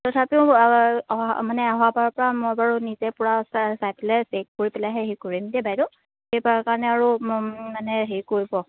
তথাপিও মানে অহা বাৰৰ পৰা মই বাৰু নিজে পূৰা চাই পেলাই চেক কৰি পেলাইহে হে কৰিম দেই বাইদেউ